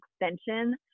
Extension